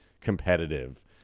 competitive